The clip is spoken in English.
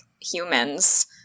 humans